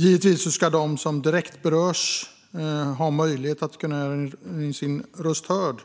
Givetvis ska de som direkt berörs få möjlighet att göra sin röst hörd,